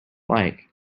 like